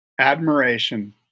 admiration